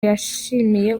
yishimiye